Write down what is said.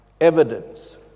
Evidence